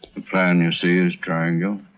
the plan, you see, is triangle.